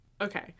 okay